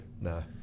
No